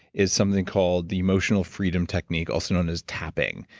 is something called the emotional freedom technique, also known as tapping,